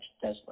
Tesla